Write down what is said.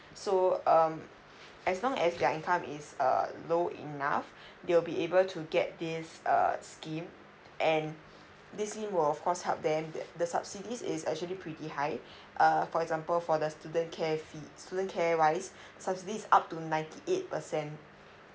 so um as long as their income is err low enough they will be able to get this err scheme and this scheme will of course help them the subsidies is actually pretty high err for example for the student care fees student care wise subsidy is up to ninety eight percent